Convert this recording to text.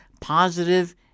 positive